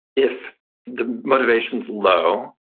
if the motivation is low,